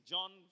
John